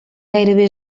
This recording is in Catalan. gairebé